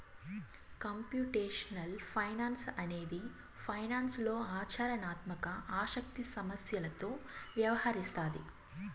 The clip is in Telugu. కంప్యూటేషనల్ ఫైనాన్స్ అనేది ఫైనాన్స్లో ఆచరణాత్మక ఆసక్తి సమస్యలతో వ్యవహరిస్తాది